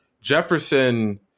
Jefferson